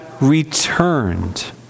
returned